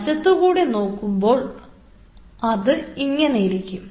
വശത്തുകൂടി നോക്കുമ്പോൾ അത് ഇങ്ങനെ ഇരിക്കും